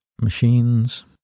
machines